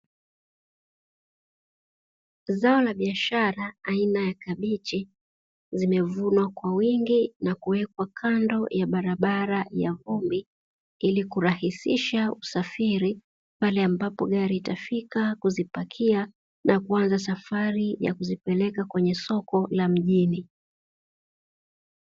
Zao la biashara aina ya kabichi, limevunwa kwa wingi na kuwekwa kando ya barabara ya vumbi, ili kurahisisha usafiri pale ambapo gari litafika kuzipakia na kuanza safari ya kuzipeleka kwenye soko la mjini.